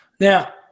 Now